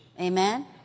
Amen